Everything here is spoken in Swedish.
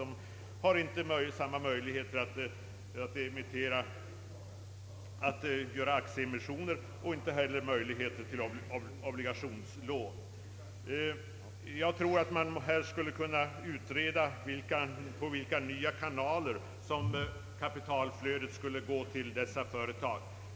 De har inte samma möjligheter att göra aktieemissioner och inte heller samma möjligheter till obligationslån. Man skulle i detta avseende kunna utreda genom vilka nya kanaler som kapitalflödet skulle gå till dessa företag.